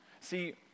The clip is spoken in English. See